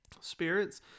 spirits